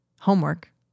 homework